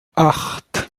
acht